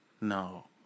No